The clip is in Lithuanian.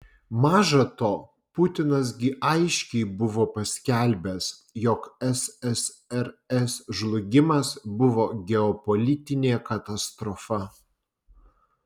maža to putinas gi aiškiai buvo paskelbęs jog ssrs žlugimas buvo geopolitinė katastrofa